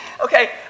okay